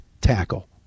tackle